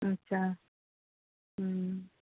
ଆଚ୍ଛା ହୁଁ